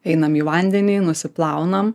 einam į vandenį nusiplaunam